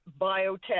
biotech